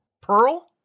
Pearl